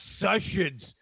Sessions